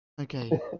Okay